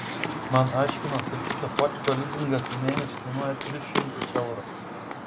man aiškino kad šito fotiko lizingas į mėnesį kainuoja tris šimtus eurų